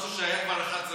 משהו שהיה כבר 11 שנה.